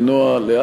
לנועה,